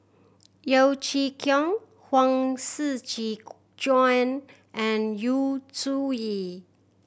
Yeo Chee Kiong Huang Shiqi Joan and Yu Zhuye